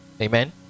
Amen